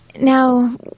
Now